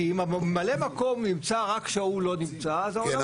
כי אם ממלא המקום נמצא רק כשההוא לא נמצא אז --- אבל